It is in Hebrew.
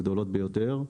הגדולות ביותר.